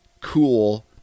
cool